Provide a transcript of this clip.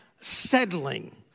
settling